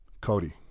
Cody